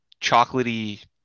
chocolatey